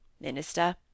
Minister